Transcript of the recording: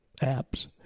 apps